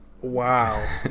Wow